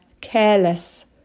careless